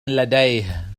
لديه